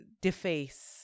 deface